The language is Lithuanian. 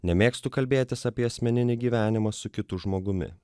nemėgstu kalbėtis apie asmeninį gyvenimą su kitu žmogumi